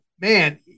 man